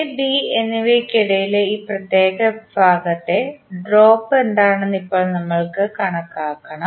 A B എന്നിവയ്ക്കിടയിലുള്ള ഈ പ്രത്യേക വിഭാഗത്തിലെ ഡ്രോപ്പ് എന്താണെന്ന് ഇപ്പോൾ നമ്മൾ കാണണം